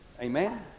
Amen